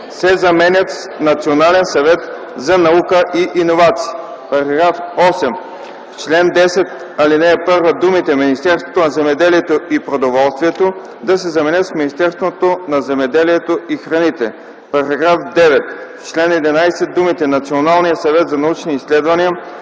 се заменят с „Национален съвет за наука и иновации”. § 8. В чл. 10, ал. 1 думите „Министерството на земеделието и продоволствието” се заменят с „Министерство на земеделието и храните”. § 9. В чл. 11 думите „Националния съвет за научни изследвания”